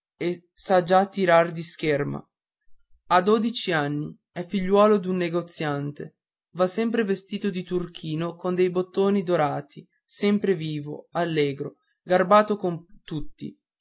e sa già tirare di scherma ha dodici anni è figliuolo d'un negoziante va sempre vestito di turchino con dei bottoni dorati sempre vivo allegro grazioso con tutti